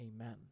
amen